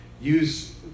use